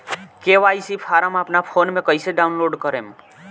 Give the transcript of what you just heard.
KYC form अपना phone मे कइसे डाऊनलोड करेम?